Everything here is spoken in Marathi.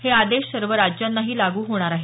हे आदेश सर्व राज्यांनाही लागू असणार आहेत